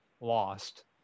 lost